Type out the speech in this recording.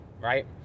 right